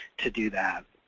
to do that.